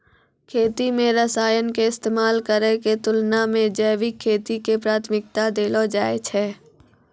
खेती मे रसायन के इस्तेमाल करै के तुलना मे जैविक खेती के प्राथमिकता देलो जाय छै